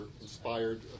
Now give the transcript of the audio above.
inspired